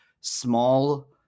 small